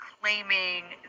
claiming